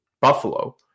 Buffalo